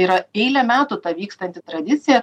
yra eilę metų vykstanti tradicija